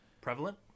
prevalent